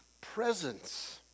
presence